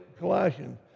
Colossians